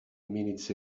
minutes